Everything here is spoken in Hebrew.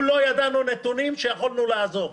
לא ידענו נתונים שיכולנו לעזור.